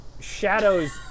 Shadows